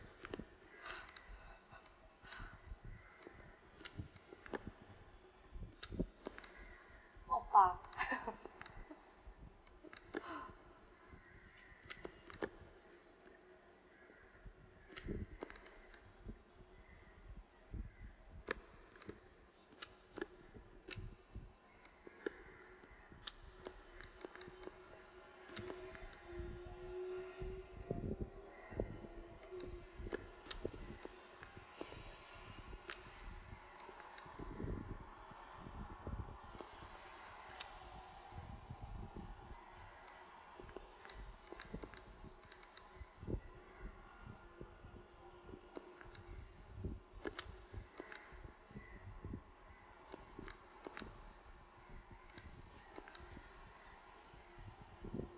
oppa